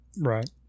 right